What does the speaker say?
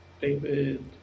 David